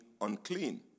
unclean